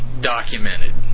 documented